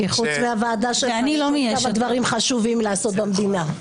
כי חוץ מהוועדה שלך יש עוד כמה דברים חשובים לעשות במדינה.